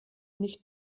nicht